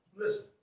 Listen